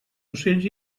ocells